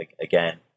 again